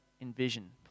envision